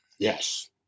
Yes